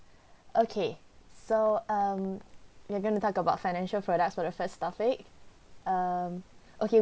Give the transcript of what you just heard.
okay so um we're going to talk about financial product for the first topic um okay